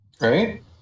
Right